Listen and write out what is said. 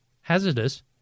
Hazardous